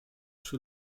czy